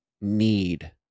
need